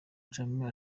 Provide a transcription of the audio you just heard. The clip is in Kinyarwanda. jammeh